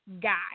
guy